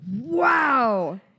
Wow